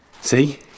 See